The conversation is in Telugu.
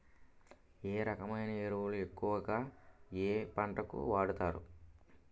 ఏ రకమైన ఎరువులు ఎక్కువుగా ఏ పంటలకు వాడతారు?